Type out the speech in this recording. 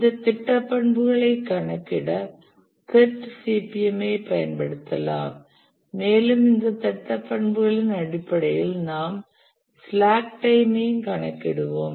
இந்த திட்ட பண்புகளை கணக்கிட PERT CPM ஐ பயன்படுத்தலாம் மேலும் இந்த திட்ட பண்புகளின் அடிப்படையில் நாம் ஸ்லாக் டைமையும் கணக்கிடுவோம்